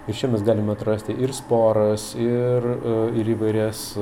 iš čia mes galime atrasti ir sporas ir ir įvairias